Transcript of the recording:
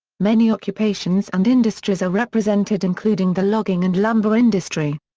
many occupations and industries are represented including the logging and lumber industry.